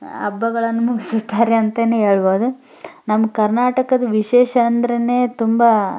ಹಬ್ಬಗಳನ್ ಮುಗಿಸುತ್ತಾರೆ ಅಂತಲೇ ಹೇಳ್ಬೋದು ನಮ್ಮ ಕರ್ನಾಟಕದ ವಿಶೇಷ ಅಂದ್ರೆ ತುಂಬ